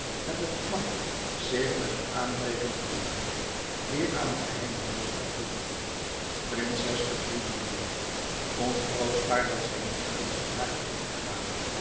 met het plan zich met het aanbreken van den nacht weer aan de geheime deur te bevinden prinses bedroelboedoer ontroostbaar dat zij niet alleen van haar geliefden gade